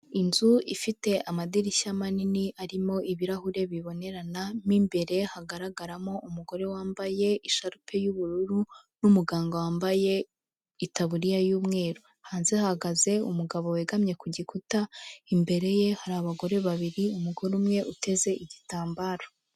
Inzu ifite amadirishya manini arimo ibirahure bibonerana, mo imbere hagaragaramo umugore wambaye isharupe y'ubururu n'umuganga wambaye itaburiya y'umweru. Hanze hahagaze umugabo wegamye ku gikuta, imbere ye hari abagore babiri, umugore umwe uteze igitambaro.